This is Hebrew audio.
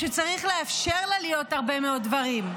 ושצריך לאפשר לה להיות הרבה מאוד דברים,